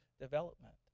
development